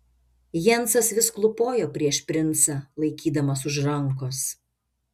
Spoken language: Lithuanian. jensas vis klūpojo prieš princą laikydamas už rankos